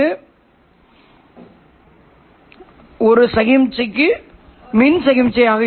cos A cos B 1⁄2 cos A B 1⁄2 cos க்கான சூத்திரத்தைப் பயன்படுத்தவும்